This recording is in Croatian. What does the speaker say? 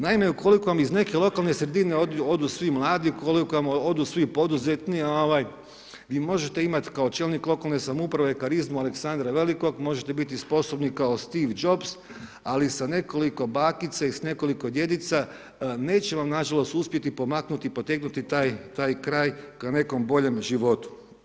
Naime, ukoliko vam iz neke lokalne sredinu odu svi mladi, ukoliko vam odu svi poduzetnici, vi možete imati kao čelnik lokalne samouprave karizmu Aleksandra Velikog, možete biti sposobni kao Steve Jobs, ali sa nekoliko bakica i sa nekoliko djedica, neće vam nažalost uspjeti pomaknuti, potegnuti taj kraj ka nekom boljem životu.